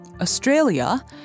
Australia